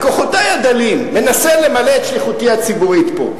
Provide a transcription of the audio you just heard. בכוחותי הדלים מנסה למלא את שליחותי הציבורית פה,